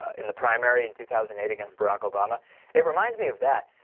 in the primary in two thousand eight against brock obama it reminds me of that